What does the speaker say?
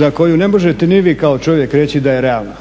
za koju ne možete ni vi kao čovjek reći da je realna.